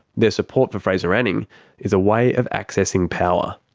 their support for fraser anning is a way of accessing power.